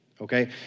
Okay